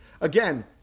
again